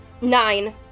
nine